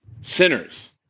Sinners